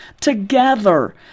Together